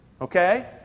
Okay